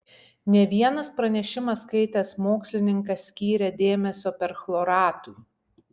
ne vienas pranešimą skaitęs mokslininkas skyrė dėmesio perchloratui